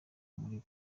muri